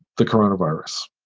the corona virus